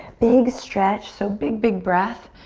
big stretch so big, big breath.